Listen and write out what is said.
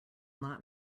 not